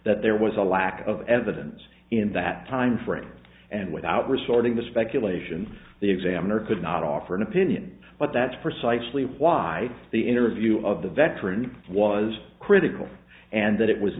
that there was a lack of evidence in that timeframe and without resorting to speculation the examiner could not offer an opinion but that's precisely why the interview of the veteran was critical and that it was